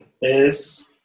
es